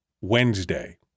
Wednesday